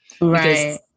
Right